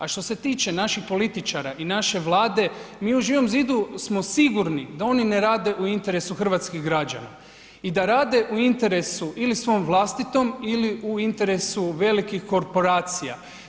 A što se tiče naših političara i naše Vlade, mi u Živom zidu smo sigurni da oni ne rade u interesu hrvatskih građana i da rade u interesu ili svom vlastitom ili u interesu velikih korporacija.